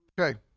okay